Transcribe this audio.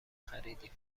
خریدیم